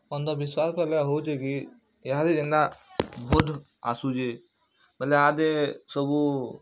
ଅନ୍ଧ ବିଶ୍ୱାସ୍ କହେଲେ ହଉଛେ କି ଇହାଦେ ଜେନ୍ତା ଭୋଟ୍ ଆସୁଛେ ବେଲେ ଇହାଦେ ସବୁ